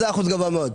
מה זה אחוז גבוה מאוד?